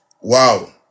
Wow